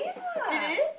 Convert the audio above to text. it is